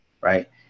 right